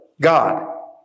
God